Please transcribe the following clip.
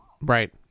Right